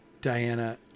Diana